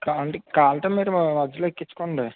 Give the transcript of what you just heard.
కావాలంటే కావలసితే మీరు మ మద్యలో ఎక్కించుకోండి